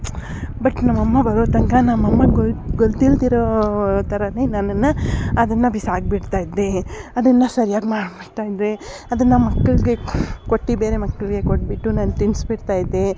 but ನಮ್ಮಮ್ಮ ಬರೋ ತನಕ ನಮ್ಮಮ್ಮಂಗೆ ಗೊ ಗೊತ್ತಿಲ್ಲದಿರೋ ಥರನೇ ನನ್ನನ್ನು ಅದನ್ನು ಬಿಸಾಕ್ಬಿಡ್ತಾಯಿದ್ದೆ ಅದನ್ನು ಸರಿಯಾಗಿ ಮಾಡ್ಬಿಡ್ತಾಯಿದ್ದೆ ಅದನ್ನು ಮಕ್ಕಳಿಗೆ ಕೊಟ್ಟು ಬೇರೆ ಮಕ್ಕಳಿಗೆ ಕೊಟ್ಬಿಟ್ಟು ನಾನು ತಿನ್ಸ್ಬಿಡ್ತಾಯಿದ್ದೆ